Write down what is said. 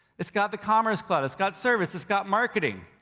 it's got the commerce cloud, its got service, its got marketing,